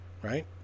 Right